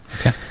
Okay